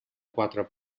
quatre